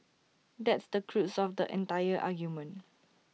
that's the crux of the entire argument